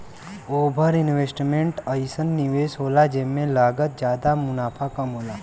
over investment अइसन निवेस होला जेमे लागत जादा मुनाफ़ा कम होला